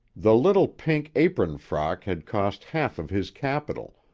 the little pink apron-frock had cost half of his capital,